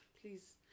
please